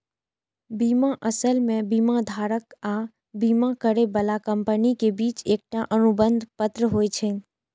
बीमा असल मे बीमाधारक आ बीमा करै बला कंपनी के बीच एकटा अनुबंध पत्र होइ छै